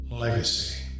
Legacy